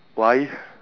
why